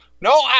No